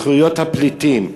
זכויות הפליטים,